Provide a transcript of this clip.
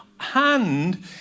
hand